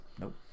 nope